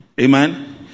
Amen